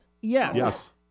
Yes